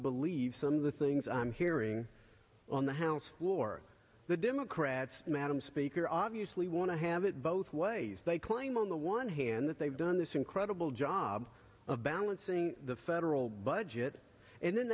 believe some of the things i'm hearing on the house floor the democrats madam speaker obviously want to have it both ways they claim on the one hand that they've done this incredible job of balancing the federal budget and then